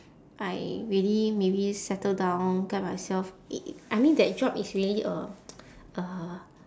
I really really settle down tell myself i~ I mean that job is really a a